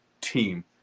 team